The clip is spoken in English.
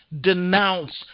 denounce